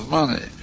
money